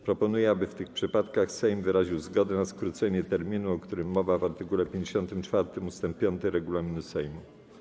Proponuję, aby w tych przypadkach Sejm wyraził zgodę na skrócenie terminu, o którym mowa w art. 54 ust. 5 regulaminu Sejmu.